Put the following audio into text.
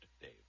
Dave